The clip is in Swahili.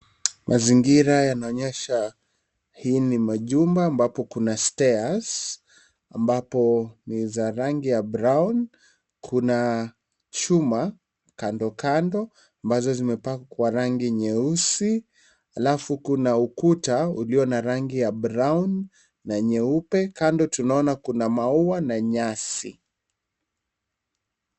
Mazingira yanaonyesha hii ni machumba ambapo kuna stairs ambapo ni za rangi ya brown . Kuna chuma kando kando ambazo zimepakwa rangi nyeusi . Halafu kuna ukuta ulio na rangi ya brown na nyeupe. Kando tunaona kuna maua na nyasi.